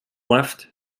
left